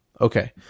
Okay